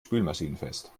spülmaschinenfest